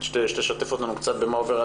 שתשתף אותנו מה קורה אצלה.